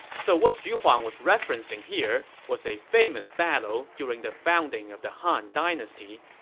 so what xu huang was referencing here was a famous battle during the founding of the han dynasty.